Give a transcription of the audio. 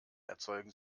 erzeugen